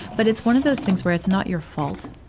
but it's one of those things where it's not your fault.